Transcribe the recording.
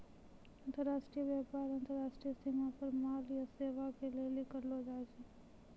अन्तर्राष्ट्रिय व्यापार अन्तर्राष्ट्रिय सीमा पे माल या सेबा के लेली करलो जाय छै